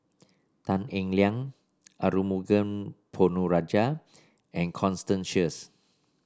Tan Eng Liang Arumugam Ponnu Rajah and Constance Sheares